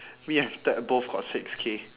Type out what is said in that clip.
me and ted both got six K